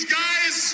guys